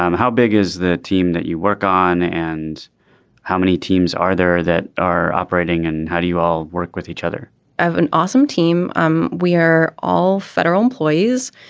um how big is the team that you work on and how many teams are there that are operating and how do you all work with each other? i have an awesome team. um we are all federal employees.